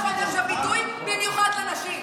חבר הכנסת גלעד קריב.